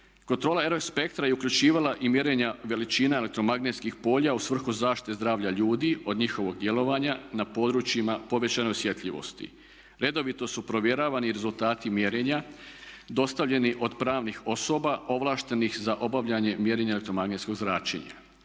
razumije./… spektra je uključivala i mjerenja veličina elektromagnetskih polja u svrhu zaštite zdravlja ljudi od njihovog djelovanja na područjima povećane osjetljivosti. Redovito su provjeravani rezultati mjerenja dostavljeni od pravnih osoba ovlaštenih za obavljanje mjerenja elektromagnetskog zračenja.